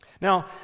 Now